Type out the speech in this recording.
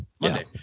Monday